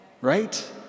right